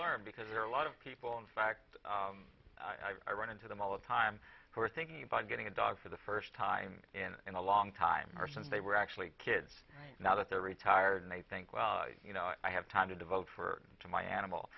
learned because there are a lot of people in fact i run into them all the time who are thinking about getting a dog for the first time in a long time since they were actually kids right now that they're retired and they think well you know i have time to devote for to my animal